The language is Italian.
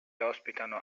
ospitano